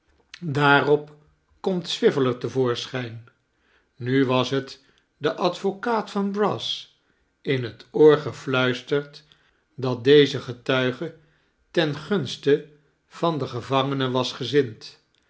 daarop komt swiveller te voorschijn nu was het den advocaat van brass in het oor gefluisterd dat deze getuige ten gunste van den gevangene was gezind